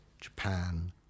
Japan